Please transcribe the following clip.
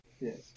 Yes